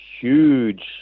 huge